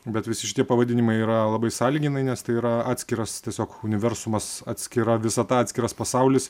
bet visi šitie pavadinimai yra labai sąlyginai nes tai yra atskiras tiesiog universumas atskira visata atskiras pasaulis